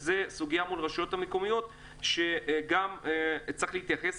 זו סוגיה מול הרשויות המקומיות שגם אליה צריך להתייחס